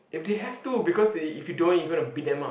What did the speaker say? if they have to because they if you don't you gonna beat them up